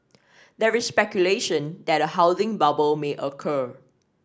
there is speculation that a housing bubble may occur